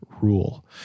rule